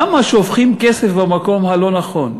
למה שופכים כסף במקום הלא-נכון?